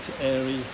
airy